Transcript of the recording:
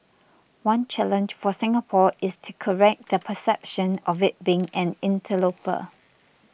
one challenge for Singapore is to correct the perception of it being an interloper